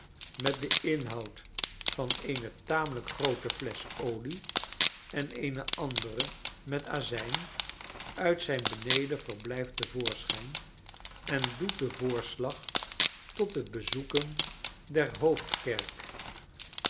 met den inhoud van eene tamelijk groote flesch olie en eene andere met azijn uit zijn benedenverblijf te voorschijn en doet den voorslag tot het bezoeken der hoofdkerk